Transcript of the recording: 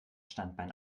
standbein